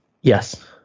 Yes